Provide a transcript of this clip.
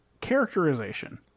characterization